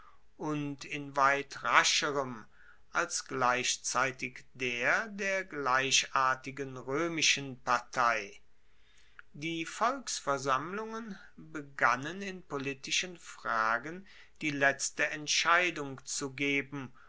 und in weit rascherem als gleichzeitig der der gleichartigen roemischen partei die volksversammlungen begannen in politischen fragen die letzte entscheidung zu geben